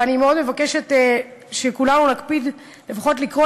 ואני מאוד מבקשת שכולנו נקפיד לפחות לקרוא